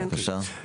בבקשה.